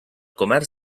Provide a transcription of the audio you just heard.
comerç